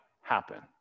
happen